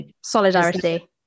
solidarity